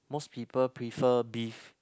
most people prefer beef